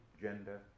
gender